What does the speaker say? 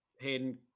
Hayden